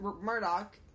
Murdoch